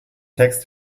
text